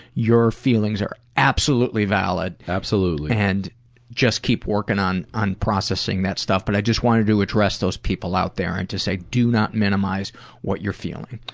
your feelings are absolutely valid absolutely valid. and just keep working on on processing that stuff. but i just wanted to address those people out there and to say do not minimize what you're feeling.